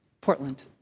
Portland